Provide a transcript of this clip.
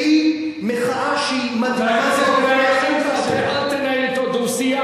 שהיא מחאה שהיא מדהימה בעוצמה השקטה שלה.